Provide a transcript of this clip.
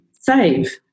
save